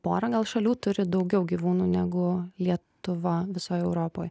pora gal šalių turi daugiau gyvūnų negu lietuva visoj europoj